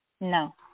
No